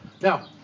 Now